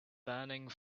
burning